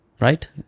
right